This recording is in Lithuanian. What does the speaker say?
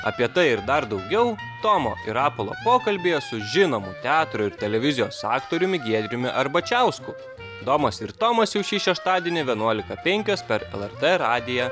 apie tai ir dar daugiau tomo ir rapolo pokalbyje su žinomu teatro ir televizijos aktoriumi giedriumi arbačiausku domas ir tomas jau šį šeštadienį vienuolika penkios per lrt radiją